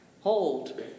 hold